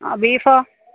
ആ ബീഫോ